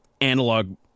analog